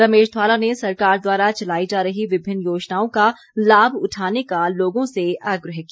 रमेश ध्वाला ने सरकार द्वारा चलाई जा रही विभिन्न योजनाओं का लाभ उठाने का लोगों से आग्रह किया